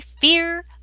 fear